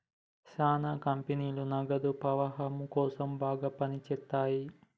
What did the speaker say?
శ్యానా కంపెనీలు నగదు ప్రవాహం కోసం బాగా పని చేత్తయ్యి